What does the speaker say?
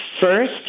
first